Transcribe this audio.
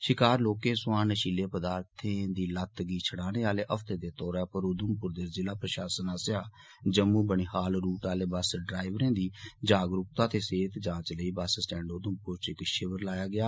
शिकार लोकें सोयां नशीले पदार्थे दी लत्त छडानें आले हफते दे तौर उप्पर उधमपुर दे जिला प्रशासन आस्सेआ जम्मू बनिहाल रुट आले बस ड्राईवरें दी जागरुकता ते सेहत जांच लेई बस स्टेंड उधमप्र इच शिवर लाया गेआ